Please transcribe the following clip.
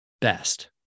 best